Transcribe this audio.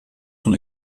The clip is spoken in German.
von